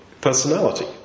personality